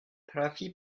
trafi